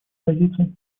позиций